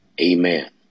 amen